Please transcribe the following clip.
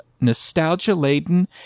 nostalgia-laden